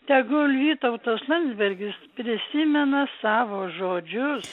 tegul vytautas landsbergis prisimena savo žodžius